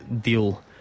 deal